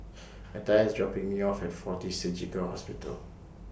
Matthias IS dropping Me off At Fortis Surgical Hospital